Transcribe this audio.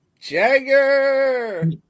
Jagger